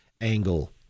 angle